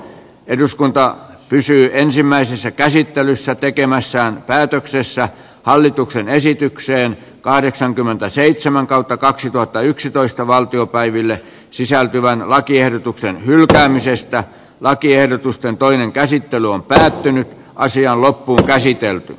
eduskunta kysyy ensimmäisessä käsittelyssä tekemässään päätöksessä hallituksen esitykseen kahdeksankymmentäseitsemän kautta kaksituhattayksitoista valtiopäivillä sisältyvän lakiehdotuksen hylkäämisestä lakiehdotusten toinen käsittely on päättynyt naisia loppuunkäsitelty